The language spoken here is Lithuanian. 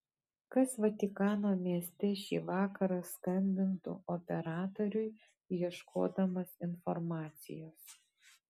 kas vatikano mieste šį vakarą skambintų operatoriui ieškodamas informacijos